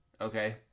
Okay